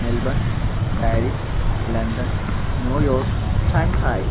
Melbourne Paris London New York Shanghai